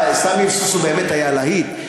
"סמי וסוסו" באמת היה להיט.